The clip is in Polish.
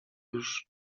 już